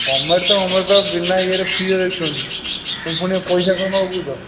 government ତ government ତ ବିନା ଇଏରେ ଫ୍ରିରେ ଦେଖୁଛନ୍ତି ତମେ ଫୁଣି ପଇସା କ'ଣ ନେବ କହୁଛ